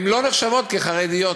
לא נחשבות לחרדיות.